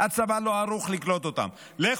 הצבא לא ערוך לקלוט אותם,